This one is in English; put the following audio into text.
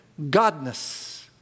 Godness